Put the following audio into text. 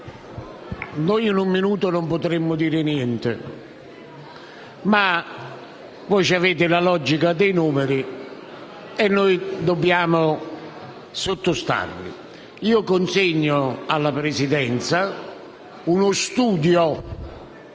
di tempo non potremo dire niente, ma voi avete la logica dei numeri e noi dobbiamo sottostarvi. Io consegno alla Presidenza uno studio